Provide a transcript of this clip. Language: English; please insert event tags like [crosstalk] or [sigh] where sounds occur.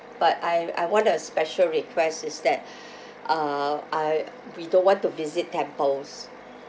but I I want a special request is that [breath] uh I we don't want to visit temples